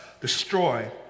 destroy